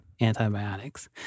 antibiotics